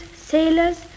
sailors